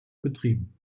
betrieben